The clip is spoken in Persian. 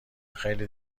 خیلی